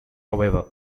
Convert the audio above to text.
however